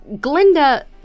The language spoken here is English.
Glinda